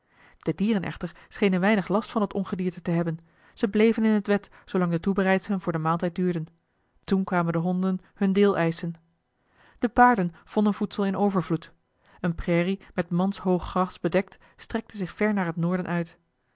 de dieren echter schenen weinig last van dat ongedierte te hebben ze bleven in het wed zoolang de toebereidselen voor den maaltijd duurden toen kwamen de honden hun deel eischen de paarden vonden voedsel in overvloed eene prairie met manshoog gras bedekt strekte zich ver naar het noorden uit